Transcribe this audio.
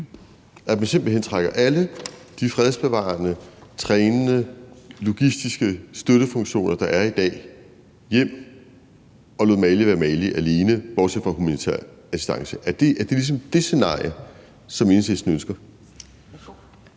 at man simpelt hen trækker alle de fredsbevarende, trænende, logistiske støttefunktioner, der er der i dag, hjem og lod Mali være Mali alene bortset fra humanitær assistance. Er det ligesom det scenarie, som Enhedslisten ønsker?